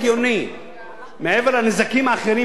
מעבר לנזקים האחרים שדירות הרפאים גורמות,